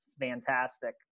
fantastic